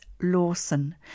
Lawson